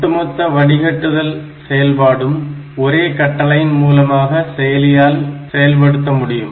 ஒட்டுமொத்த வடிகட்டுதல் செயல்பாடும் ஒரே கட்டளையின் மூலமாக செயலியால் செயல்படுத்த முடியும்